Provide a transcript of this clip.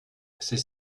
c’est